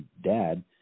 dad